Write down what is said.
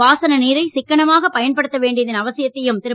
பாசன நீரை சிக்கனமாக பயன்படுத்த வேண்டியதன் அவசியத்தையும் திரு